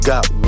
Got